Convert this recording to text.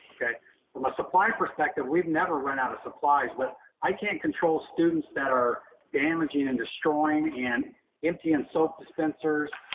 from a supply perspective, we've never run out of supplies, but i can't control students that are damaging and destroying and emptying soap dispensers,